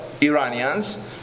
Iranians